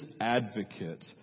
advocate